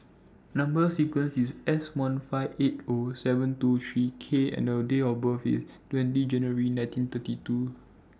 Number sequence IS S one five eight O seven two three K and Date of birth IS twenty January nineteen thirty two